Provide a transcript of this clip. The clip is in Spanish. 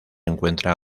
encuentra